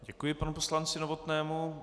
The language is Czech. Děkuji panu poslanci Novotnému.